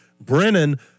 Brennan